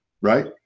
right